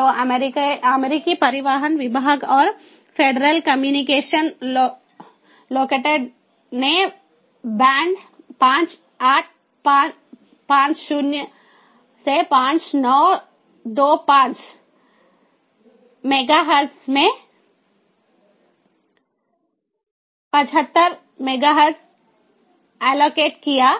तो अमेरिकी परिवहन विभाग और फेडरल कम्युनिकेशन लोकेटेड ने बैंड 5850 5925 मेगाहर्ट्ज़ में 75 मेगाहर्ट्ज़ एलोकेट किया